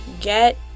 get